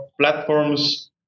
platforms